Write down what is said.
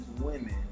women